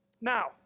Now